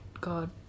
God